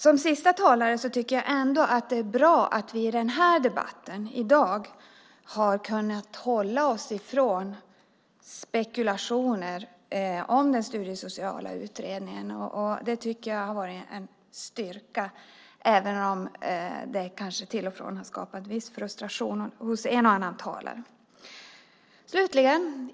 Som sista talare tycker jag att det är bra att vi i debatten här i dag har kunnat hålla oss ifrån spekulationer om den studiesociala utredningen. Det har varit en styrka, även om det kanske har skapat viss frustration hos en och annan talare.